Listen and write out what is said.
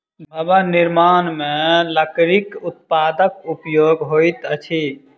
भवन निर्माण मे लकड़ीक उत्पादक उपयोग होइत अछि